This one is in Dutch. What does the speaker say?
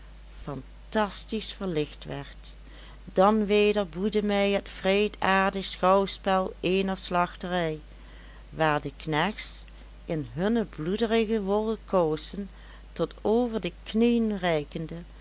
fantastisch verlicht werd dan weder boeide mij het wreedaardig schouwspel eener slachterij waar de knechts in hunne bloederige wollen kousen tot over de knieën reikende